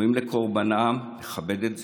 ראויים לקורבנם, לכבד את זכרם,